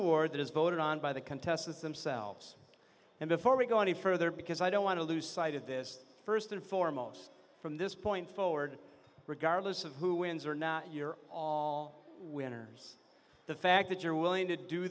award that is voted on by the contestants themselves and before we go any further because i don't want to lose sight of this first and foremost from this point forward regardless of who wins or not you're all winners the fact that you're willing to do